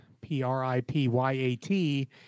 P-R-I-P-Y-A-T